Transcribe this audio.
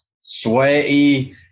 sweaty